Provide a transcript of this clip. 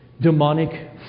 demonic